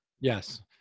yes